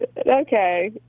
Okay